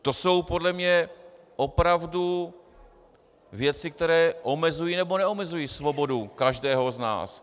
To jsou podle mě opravdu věci, které omezují nebo neomezují svobodu každého z nás.